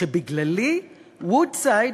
שבגללי "וודסייד",